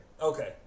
Okay